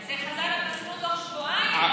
זה חזר על עצמו בתוך שבועיים.